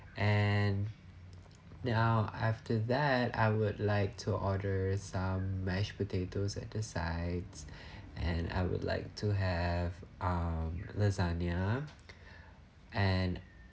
and now after that I would like to order some mashed potatoes at the sides and I would like to have um lasagna and